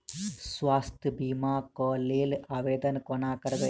स्वास्थ्य बीमा कऽ लेल आवेदन कोना करबै?